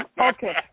Okay